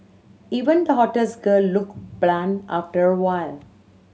even the hottest girl looked bland after awhile